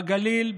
בגליל,